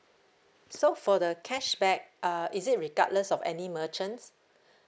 so for the cashback uh is it regardless of any merchants